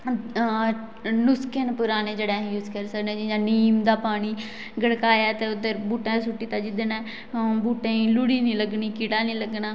नुस्के ना पराने जेहडे़ असी यूज करी सकने जियां नीम दा पानी गड़काया ते बूहटे उपर सुट्टी दित्ता जेहदे कन्नै लुड़ी नेई लग्गनी कीड़ा नेईं लग्गना